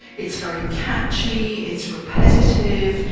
it's very catchy, it's repetitive,